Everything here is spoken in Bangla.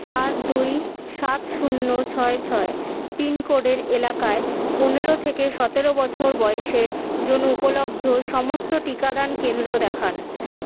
চার দুই সাত শূন্য ছয় ছয় পিনকোডের এলাকায় পনেরো থেকে সতেরো বছর বয়সের জন্য উপলব্ধ সমস্ত টিকাদান কেন্দ্র দেখান